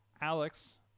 Alex